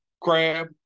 crab